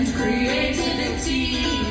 creativity